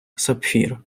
сапфір